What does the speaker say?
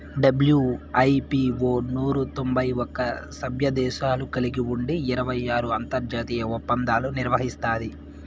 WIPO నూరు తొంభై ఒక్క సభ్యదేశాలు కలిగి ఉండి ఇరవై ఆరు అంతర్జాతీయ ఒప్పందాలు నిర్వహిస్తాది